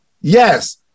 Yes